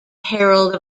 herald